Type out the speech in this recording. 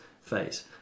phase